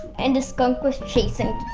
and the skunk was chasing